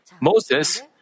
Moses